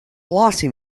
lossy